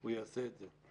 הוא יעשה את זה.